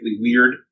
weird